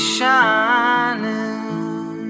Shining